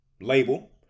label